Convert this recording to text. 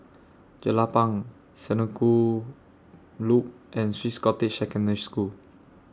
Jelapang Senoko Loop and Swiss Cottage Secondary School